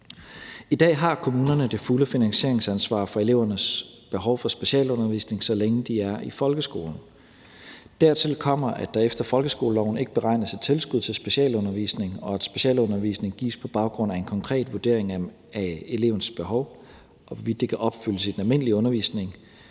I dag har kommunerne det fulde finansieringsansvar for elevernes behov for specialundervisning, så længe de er i folkeskolen. Dertil kommer, at der efter folkeskoleloven ikke beregnes et tilskud til specialundervisning, og at specialundervisning gives på baggrund af en konkret vurdering af elevens behov, og hvorvidt det kan opfyldes i den almindelige undervisning